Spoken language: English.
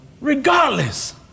regardless